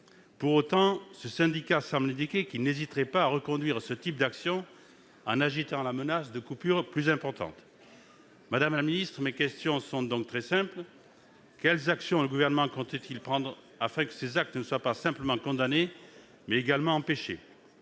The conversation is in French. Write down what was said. Pour autant, le syndicat semble indiquer qu'il n'hésiterait pas à reconduire des actions du même type, en agitant la menace de coupures plus importantes. Madame la ministre, mes questions sont très simples : quelles actions le Gouvernement compte-t-il entreprendre afin que ces actes soient non seulement condamnés, mais également empêchés ?